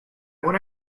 would